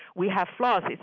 we have flaws.